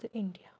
تہٕ اِنٛڈیا